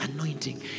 anointing